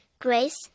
grace